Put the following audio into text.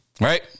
right